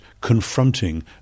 confronting